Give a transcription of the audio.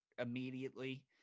immediately